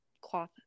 cloth